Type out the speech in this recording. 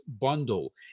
bundle